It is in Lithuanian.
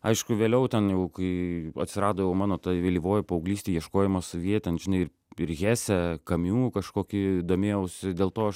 aišku vėliau ten jau kai atsirado jau mano ta vėlyvoji paauglystė ieškojimas savyje ten žinai ir ir hese kamiu kažkokį domėjaus dėl to aš